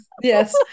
Yes